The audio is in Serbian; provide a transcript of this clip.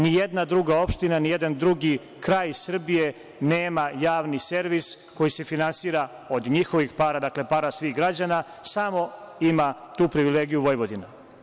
Ni jedna druga opština, ni jedan drugi kraj Srbije nema javni servis koji se finansira od njihovih para, dakle para svih građana, samo ima tu privilegiju Vojvodina.